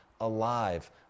alive